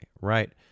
right